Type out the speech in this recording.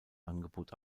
angebot